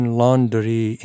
laundry